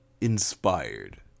inspired